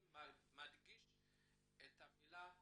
אני מדגיש את המילה נוסף,